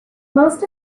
most